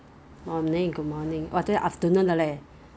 afternoon err morning 还没有十一点半